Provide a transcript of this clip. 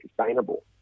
sustainable